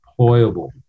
deployable